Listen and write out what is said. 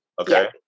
Okay